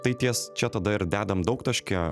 tai ties čia tada ir dedam daugtaškį